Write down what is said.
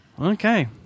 Okay